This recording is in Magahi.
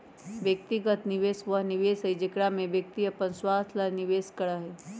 व्यक्तिगत निवेश वह निवेश हई जेकरा में व्यक्ति अपन स्वार्थ ला निवेश करा हई